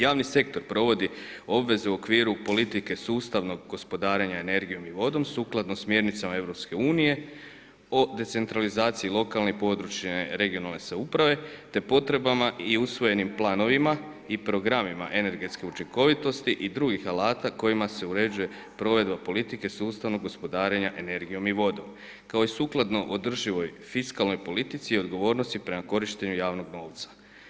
Javni sektor provodi obveze u okviru politike sustavnog gospodarenja energijom i vodom sukladno smjernicama EU o decentralizaciji lokalne i područne regionalne samouprave te potrebama i usvojenim planovima i programima energetske učinkovitosti i drugih alata kojima se uređuje provedba politike sustavnog gospodarenja energijom i vodom kao i sukladno održivoj fiskalnoj politici i odgovornosti prema korištenju javnog novca.